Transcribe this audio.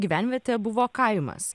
gyvenvietė buvo kaimas